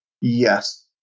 Yes